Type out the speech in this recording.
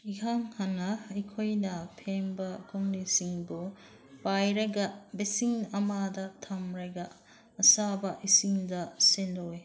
ꯏꯍꯥꯟ ꯍꯥꯟꯅ ꯑꯩꯈꯣꯏꯅ ꯐꯦꯡꯕ ꯀꯣꯜꯂꯤꯛꯁꯤꯡꯕꯨ ꯄꯥꯏꯔꯒ ꯚꯦꯁꯤꯟ ꯑꯃꯗ ꯊꯝꯂꯒ ꯑꯁꯥꯕ ꯏꯁꯤꯡꯗ ꯁꯦꯡꯗꯣꯛꯏ